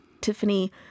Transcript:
Tiffany